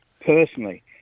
personally